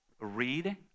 read